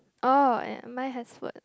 orh eh mine has words